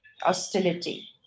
hostility